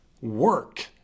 work